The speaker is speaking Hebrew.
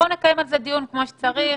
נקיים על זה דיון כמו שצריך.